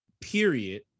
period